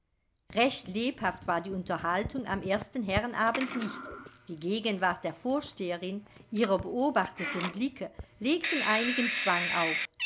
recht lebhaft war die unterhaltung am ersten herrenabend nicht die gegenwart der vorsteherin ihre beobachtenden blicke legten einigen zwang auf